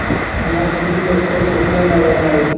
हमार CIBIL score केतना बा बताईं?